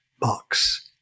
box